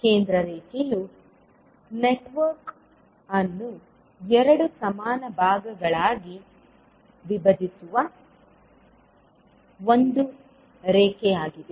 ಕೇಂದ್ರ ರೇಖೆಯು ನೆಟ್ವರ್ಕ್ ಅನ್ನು ಎರಡು ಸಮಾನ ಭಾಗಗಳಾಗಿ ವಿಭಜಿಸುವ ಒಂದು ರೇಖೆಯಾಗಿದೆ